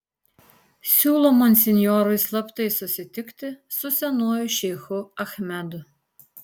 siūlo monsinjorui slaptai susitikti su senuoju šeichu achmedu